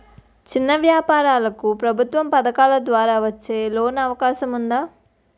చిన్న వ్యాపారాలకు ప్రభుత్వం పథకాల ద్వారా వచ్చే లోన్ అవకాశం ఉందా?